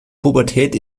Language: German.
pubertät